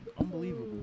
Unbelievable